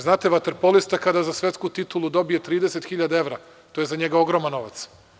Znate, vaterpolista kada za svetsku titulu dobije 30.000 evra, to je za njega ogroman novac.